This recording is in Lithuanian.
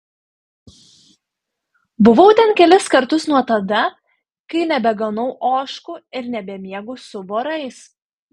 buvau ten kelis kartus nuo tada kai nebeganau ožkų ir nebemiegu su vorais